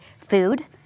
food